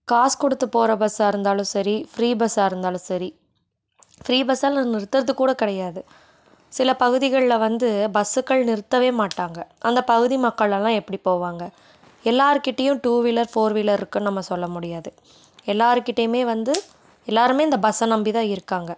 காசு கொடுத்து போகிற பஸ்ஸாக இருந்தாலும் சரி ஃப்ரீ பஸ்ஸாக இருந்தாலும் சரி ஃப்ரீ பஸ்ஸால் நிறுத்துறது கூட கிடையாது சில பகுதிகள்ல வந்து பஸ்ஸுக்கள் நிறுத்தவே மாட்டாங்கள் அந்த பகுதி மக்கள் எல்லாம் எப்படி போவாங்கள் எல்லாருகிட்டையும் டூ வீலர் ஃபோர் வீலருக்கு நம்ம சொல்ல முடியாது எல்லார்கிட்டையுமே வந்து எல்லாருமே இந்த பஸ்ஸை நம்பி தான் இருக்காங்கள்